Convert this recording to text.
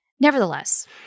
Nevertheless